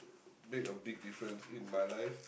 make a big difference in my life